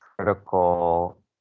critical